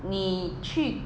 你去